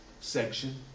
section